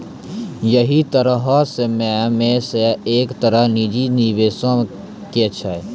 यहि तरहो मे से एक तरह निजी निबेशो के छै